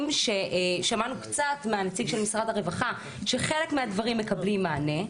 שמענו קצת מהנציג של משרד הרווחה שחלק מהדברים מקבלים מענה,